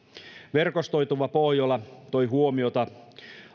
verkostoituva pohjola toi huomiota